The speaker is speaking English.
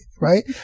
right